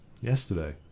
yesterday